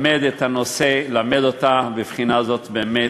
למד את הנושא, למד אותה, בבחינה זאת, באמת,